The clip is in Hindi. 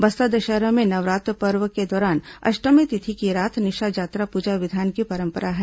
बस्तर दशहरा में नवरात्र पर्व के दौरान अष्टमी तिथि की रात निशाजात्रा पूजा विधान की परंपरा है